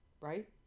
right